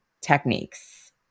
techniques